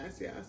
yes